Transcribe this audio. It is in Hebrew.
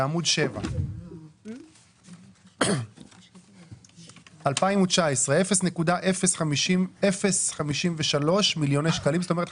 בעמוד 7. 0.53 מיליון שקלים.